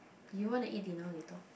you want to eat dinner later